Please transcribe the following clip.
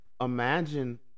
imagine